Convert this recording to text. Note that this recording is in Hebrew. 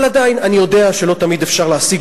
אבל עדיין אני יודע שלא תמיד אפשר להשיג